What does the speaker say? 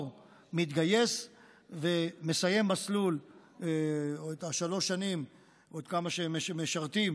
מתגייס ומסיים מסלול של שלוש שנים או כמה שמשרתים,